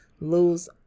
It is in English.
lose